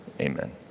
amen